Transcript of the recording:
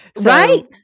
Right